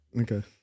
okay